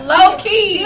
Low-key